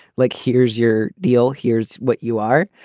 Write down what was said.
like, here's your deal. here's what you are.